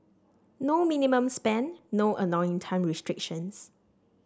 no minimum spend no annoying time restrictions